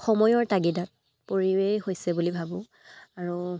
সময়ৰ তাগিদাত পৰিৱেশ হৈছে বুলি ভাবোঁ আৰু